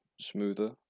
smoother